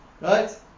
Right